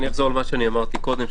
אני אחזור על מה שאמרתי קודם,